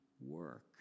work